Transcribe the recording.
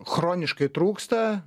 chroniškai trūksta